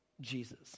Jesus